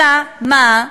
אלא מה?